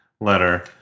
letter